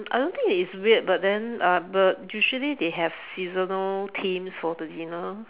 I don't think it's weird but then uh but usually they have seasonal themes for the dinner